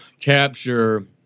capture